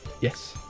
Yes